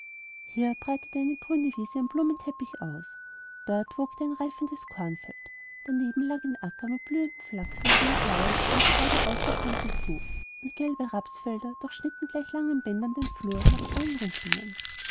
hier breitete eine grüne wiese ihren blumenteppich aus dort wogte ein reifendes kornfeld daneben lag ein acker mit blühendem flachse wie ein blaues über die erde ausgespanntes tuch und gelbe rapsfelder durchschnitten gleich langen bändern die flur nach allen richtungen